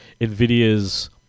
NVIDIA's